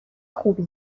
خوبی